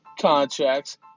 contracts